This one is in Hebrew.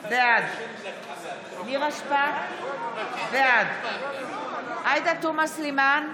בעד נירה שפק, בעד עאידה תומא סלימאן,